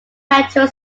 petrol